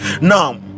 now